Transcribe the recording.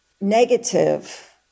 negative